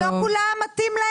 לא לכולם מתאים.